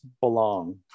belong